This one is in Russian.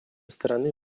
стороны